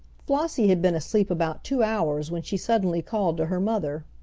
flossie had been asleep about two hours when she suddenly called to her mother.